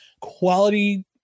quality